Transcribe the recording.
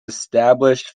established